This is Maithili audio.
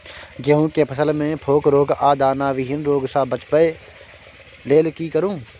गेहूं के फसल मे फोक रोग आ दाना विहीन रोग सॅ बचबय लेल की करू?